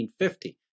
1950